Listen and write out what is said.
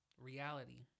reality